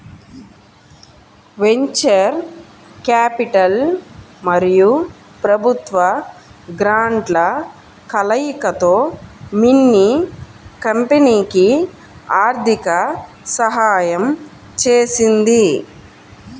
venture capital మరియు ప్రభుత్వ గ్రాంట్ల కలయికతో మిన్నీ కంపెనీకి ఆర్థిక సహాయం చేసింది